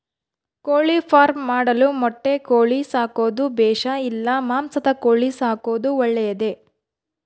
ಕೋಳಿಫಾರ್ಮ್ ಮಾಡಲು ಮೊಟ್ಟೆ ಕೋಳಿ ಸಾಕೋದು ಬೇಷಾ ಇಲ್ಲ ಮಾಂಸದ ಕೋಳಿ ಸಾಕೋದು ಒಳ್ಳೆಯದೇ?